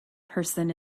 person